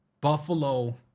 Buffalo